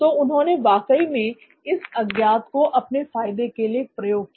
तो उन्होंने वाकई में इस अज्ञात को अपने फायदे के लिए प्रयोग किया